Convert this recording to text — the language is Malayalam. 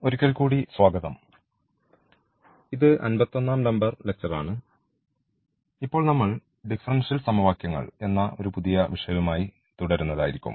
ഒരിക്കൽ കൂടി സ്വാഗതം ഇത് 51 ആം നമ്പർ ലക്ച്ചർ ആണ് ഇപ്പോൾ നമ്മൾ ഡിഫറൻഷ്യൽ സമവാക്യങ്ങൾ എന്ന ഒരു പുതിയ വിഷയവുമായി തുടരുന്നതായിരിക്കും